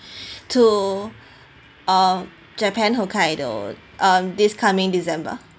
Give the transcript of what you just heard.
to uh japan hokkaido um this coming december